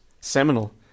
seminal